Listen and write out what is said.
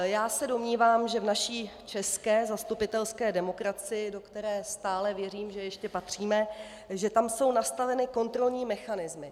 Já se domnívám, že v naší české zastupitelské demokracii, do které stále, věřím, ještě patříme, jsou nastaveny kontrolní mechanismy.